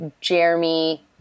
Jeremy